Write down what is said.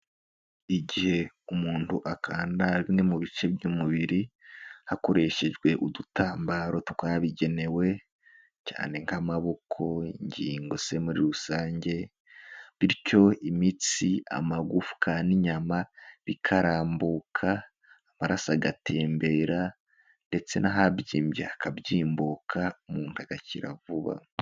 Igihe umuntu akanda bimwe mu bice by'umubiri, hakoreshejwe udutambaro twabigenewe, cyane nk'amaboko, ingingo se muri rusange, bityo imitsi, amagufwa n'inyama bikarambuka, amaraso agatembera, ndetse n'ahabyimbye hakabyimbuka umuntu agakira vuba.